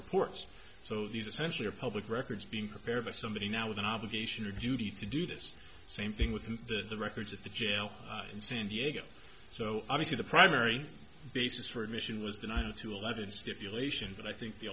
reports so these are essentially are public records being prepared by somebody now with an obligation or duty to do this same thing with the records of the jail in san diego so obviously the primary basis for admission was the nine to eleven stipulations and i think the